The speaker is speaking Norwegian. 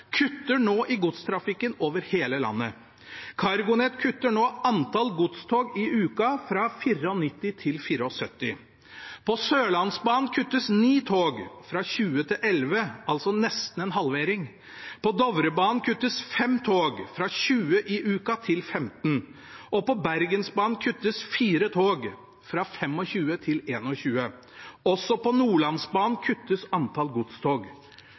kutter nå i godstrafikken over hele landet. CargoNet kutter antall godstog i uka, fra 94 til 74. På Sørlandsbanen kuttes ni tog – fra 20 til 11 – altså nesten en halvering. På Dovrebanen kuttes fem tog – fra 20 i uka til 15. Og på Bergensbanen kuttes fire tog – fra 25 til 21. Også på Nordlandsbanen kuttes antall godstog.